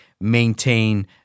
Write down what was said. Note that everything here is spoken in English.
maintain